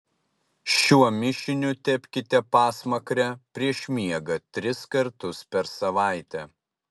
šiuo mišiniu tepkite pasmakrę prieš miegą tris kartus per savaitę